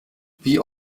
wie